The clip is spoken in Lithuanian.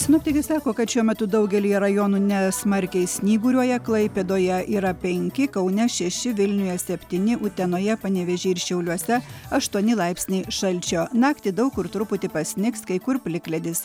sinoptikai sako kad šiuo metu daugelyje rajonų nesmarkiai snyguriuoja klaipėdoje yra penki kaune šeši vilniuje septyni utenoje panevėžy ir šiauliuose aštuoni laipsniai šalčio naktį daug kur truputį pasnigs kai kur plikledis